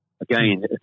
Again